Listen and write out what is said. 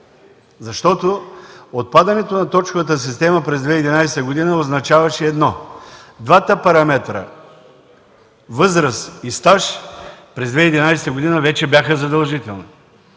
защото отпадането на точковата система през 2011 г. означаваше едно: двата параметра – възраст и стаж, през 2011 г. вече бяха задължителни,